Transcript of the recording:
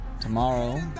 tomorrow